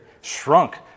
shrunk